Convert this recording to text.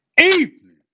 evening